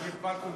דיר באלכום,